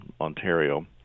Ontario